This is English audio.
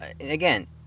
again